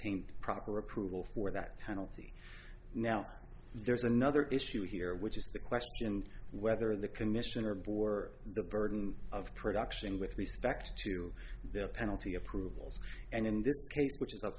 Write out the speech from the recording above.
st proper approval for that penalty now there's another issue here which is the question whether the commissioner bore the burden of production with respect to the penalty approvals and in this case which is a